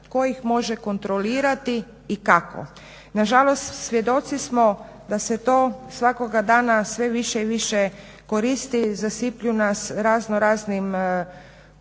tko ih može kontrolirati i kako. Nažalost, svjedoci da se to svakoga dana sve više i više koristi, zasiplju nas raznoraznim